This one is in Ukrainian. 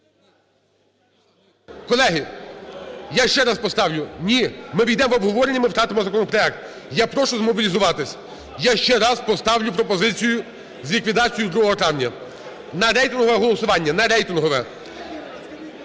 Колеги, я ще раз поставлю. Ні, ми увійдемо в обговорення – ми втратимо законопроект. Я прошу змобілізуватися. Я ще раз поставлю пропозицію з ліквідацією 2 травня на рейтингове голосування, на рейтингове.